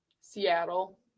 Seattle